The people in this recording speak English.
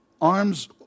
Arms